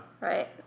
Right